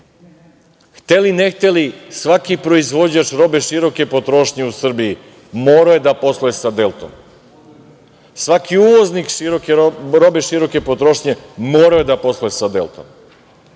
ili ne, svaki proizvođač robe široke potrošnje u Srbiji morao je da posluje sa „Deltom“. Svaki uvoznik robe široke potrošnje morao je da posluje sa „Deltom“.